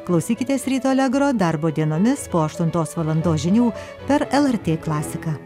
klausykitės ryto allegro darbo dienomis po aštuntos valandos žinių per lrt klasiką